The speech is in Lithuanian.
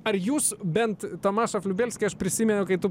ar jūs bent tomašof liubelsky aš prisimenu kai tu